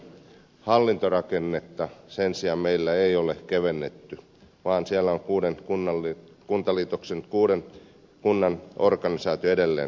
hallintorakennetta meillä ei sen sijaan ole kevennetty vaan siellä on kuntaliitoksen kuuden kunnan organisaatio edelleen pystyssä